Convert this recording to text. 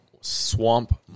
Swamp